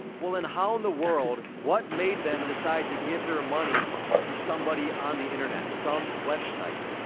well, then how in the world, what made them decide to give their money to somebody on the internet, some website?